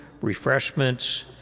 refreshments